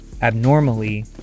abnormally